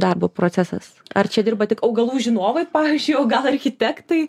darbo procesas ar čia dirba tik augalų žinovai pavyzdžiui o gal architektai